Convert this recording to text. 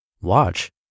Watch